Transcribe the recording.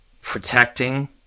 protecting